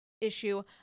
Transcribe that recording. issue